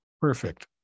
perfect